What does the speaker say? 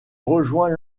rejoint